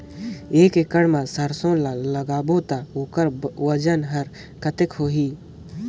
एक एकड़ मा सरसो ला लगाबो ता ओकर वजन हर कते होही?